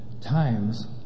times